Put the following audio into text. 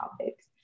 topics